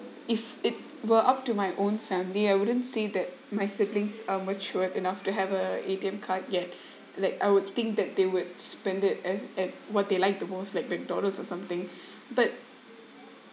if it were up to my own family I wouldn't say that my siblings are matured enough to have a A_T_M card yet like I would think that they would spend it at at what they like the most like mcdonalds or something but